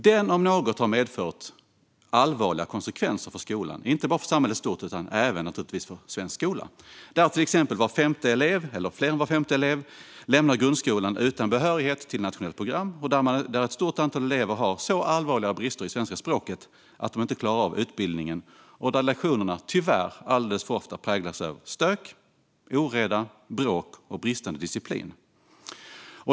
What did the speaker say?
Den, om något, har medfört allvarliga konsekvenser, inte bara för samhället i stort utan även för svensk skola, där exempelvis mer än var femte elev lämnar grundskolan utan behörighet till nationellt program, där ett stort antal elever har så allvarliga brister i svenska språket att de inte klarar av utbildningen och där lektioner alldeles för ofta tyvärr präglas av stök, oreda, bråk och bristande disciplin.